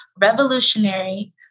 revolutionary